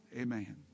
Amen